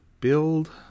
build